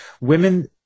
women –